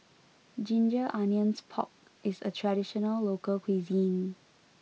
Ginger Onions Pork is a traditional local cuisine